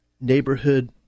neighborhood